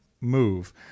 move